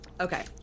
Okay